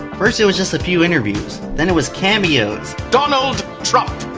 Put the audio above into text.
first it was just a few interviews, then it was cameos. donald trump.